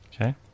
Okay